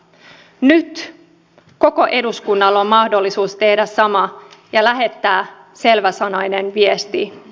nyt koko eduskunnalla on mahdollisuus tehdä sama ja lähettää selväsanainen viesti